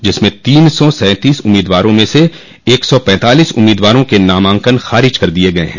जिसमें तीन सौ सैंतीस उम्मीदवारों में से एक सौ पैतालीस उम्मीदवारों के नामांकन खारिज कर दिये गये हैं